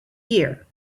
year